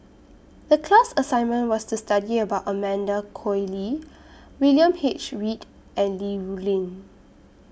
The class assignment was to study about Amanda Koe Lee William H Read and Li Rulin